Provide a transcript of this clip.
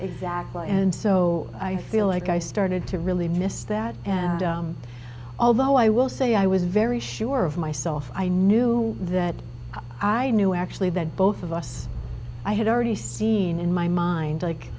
exactly and so i feel like i started to really miss that although i will say i was very sure of myself i knew that i knew actually that both of us i had already seen in my mind like